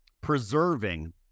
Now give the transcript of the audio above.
preserving